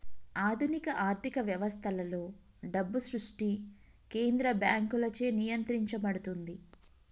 ఆధునిక ఆర్థిక వ్యవస్థలలో, డబ్బు సృష్టి కేంద్ర బ్యాంకులచే నియంత్రించబడుతుంది